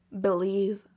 believe